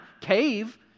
cave